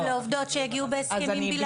רק לעובדות שהגיעו בהסכמים בלטראליים.